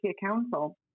council